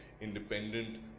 independent